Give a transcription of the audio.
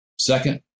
Second